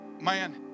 man